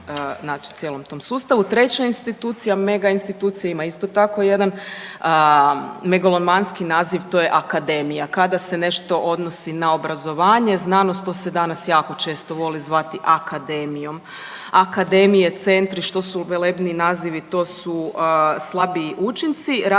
Treća institucija, mega institucija ima isto tako jedan megalomanske naziv, to je akademija. Kada se nešto odnosi na obrazovanje i znanost, to se danas jako često voli zvati akademijom. Akademije, centri, što su velebniji nazivi, to su slabiji učinci. Radnici